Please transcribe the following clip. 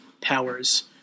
powers